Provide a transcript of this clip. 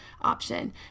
option